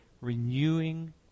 renewing